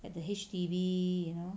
at the H_D_B you know